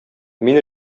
мин